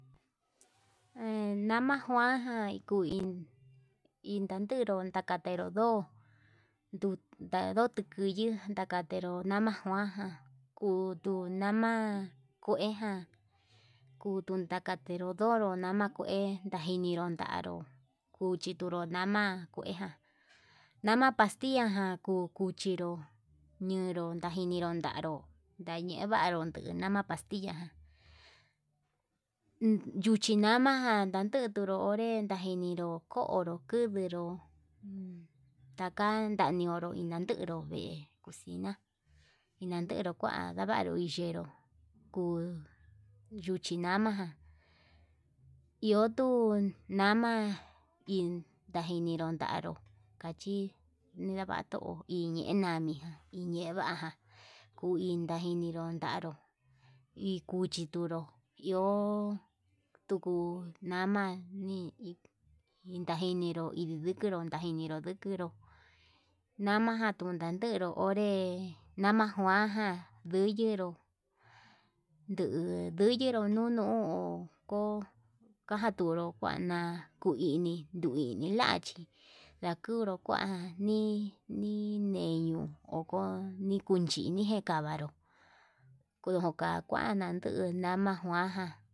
En nama njuan ján kuin induru ndakatero ndo'o tuu ndayo tutuyi, ndakantero nama njuan ján kuduu nama kueján kutu takantero ndoro nama kue, ndajiniro ndanro kuti tunru nama kueján nama pastilla ján na kuu kuchinró ñiru ndajininro nanró, ndayevaru nuu nama pastilla yuchi namajan ndakinero onré nininro konro kundiro, taka nanionro nadunru vee cosina enandero kua ndavaru iyenro kuu yuchi nama ján, iho tuu nama in ndajiniro tanró kachi nivatau iin nañia inevaján kuu in tajiniro ndaro ikuchi tunru iho tuku mana iin ndajiniro, inidikinru tajiniro nikindo nama ján kanderu onré nama juan ján nduyenru nduu nduyeru nono, ko'o kaja tunru kuan na kuu ini ku ini lachí la kunru kua nii neño ho nikunchini nikavaro kunu ka kuan nanduu nama kuan ján.